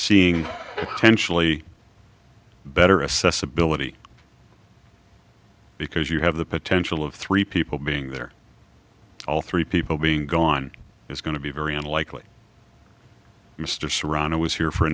e better assess ability because you have the potential of three people being there all three people being gone is going to be very unlikely mr serrano was here for a